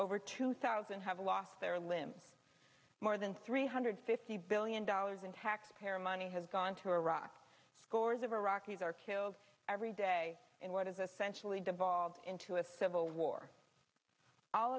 over two thousand have lost their limb more than three hundred fifty billion dollars in taxpayer money has gone to iraq scores of iraqis are killed every day in what is essentially devolved into a civil war all